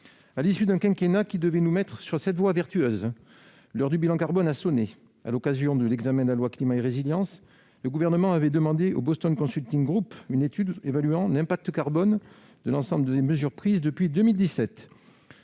À l'issue d'un quinquennat qui devait nous placer sur cette voie vertueuse, l'heure du bilan carbone a sonné. Lors de l'examen du projet de loi Climat et résilience, le Gouvernement a demandé au Boston Consulting Group une étude évaluant l'impact carbone de l'ensemble des mesures prises depuis 2017.